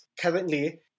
currently